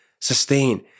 sustain